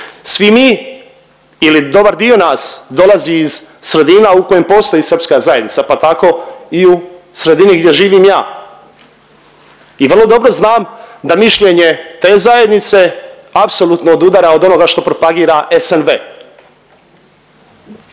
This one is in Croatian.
Svi mi ili dobar dio nas dolazi iz sredina u kojem postoji srpska zajednica pa tako i u sredini gdje živim ja i vrlo dobro znam da mišljenje te zajednice apsolutno odudara od onoga što propagira SNV.